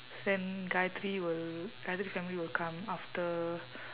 so then gayathri will gayathri family will come after